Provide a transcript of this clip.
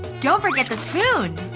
don't forget the spoon!